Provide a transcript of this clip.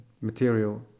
material